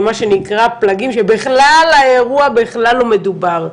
מה שנקרא, פלגים, שבכלל האירוע בכלל לא מדובר.